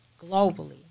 globally